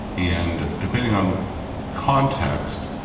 and depending on context,